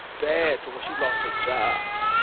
bad to where she'd lost her job.